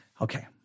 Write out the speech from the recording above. Okay